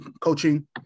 coaching